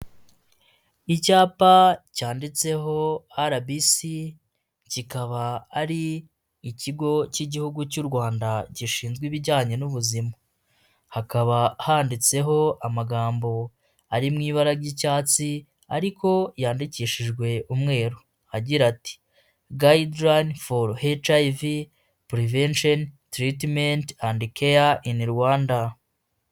Icyapa cyanditseho rbc kikaba ari ikigo cy'igihugu cy'u rwanda gishinzwe ibijyanye n'ubuzima hakaba handitseho amagambo ari mu ibara ry'icyatsi ariko yandikishijwe umweru agira ati GUIDELINES FOR HIV PREVENTION ,TREATMENT AND CARE IN RWANDA .